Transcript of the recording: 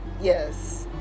yes